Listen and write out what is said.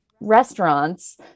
restaurants